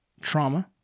trauma